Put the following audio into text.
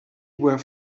were